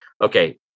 okay